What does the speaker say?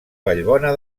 vallbona